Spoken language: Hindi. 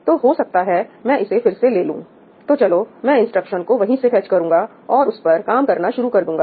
तो हो सकता है मैं इसे फिर से ले लुं तो चलो मैं इंस्ट्रक्शन को वहीं से फेच करूंगा और उस पर काम करना शुरू कर दूंगा